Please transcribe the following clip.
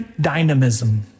dynamism